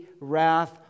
wrath